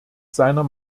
seiner